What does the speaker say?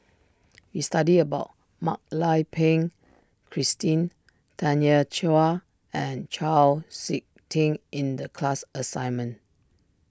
we studied about Mak Lai Peng Christine Tanya Chua and Chau Sik Ting in the class assignment